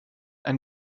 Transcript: ein